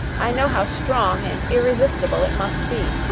i know how strong and irresistible it must be.